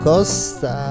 Costa